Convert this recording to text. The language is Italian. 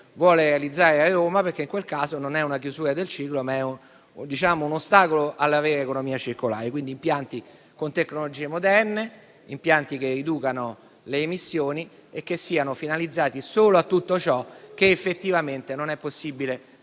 vuole realizzare a Roma, perché in quel caso non si tratta di una chiusura del ciclo, ma di un ostacolo alla vera economia circolare. Occorrono quindi impianti con tecnologie moderne, che riducano le emissioni e siano finalizzati solo a tutto ciò che effettivamente non è possibile ridurre,